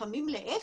לפעמים להיפך,